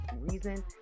reason